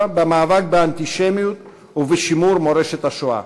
במאבק באנטישמיות ובשימור מורשת השואה.